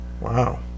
Wow